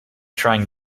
trying